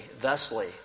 thusly